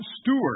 Stewart